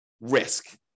risk